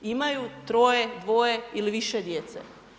Imaju troje, dvoje ili više djece.